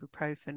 ibuprofen